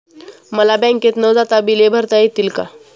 मला बँकेत न जाता बिले भरता येतील का?